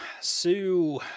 Sue